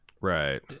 Right